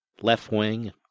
left-wing